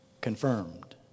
confirmed